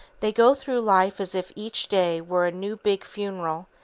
they go through life as if each day were a new big funeral,